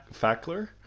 Fackler